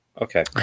Okay